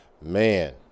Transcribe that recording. man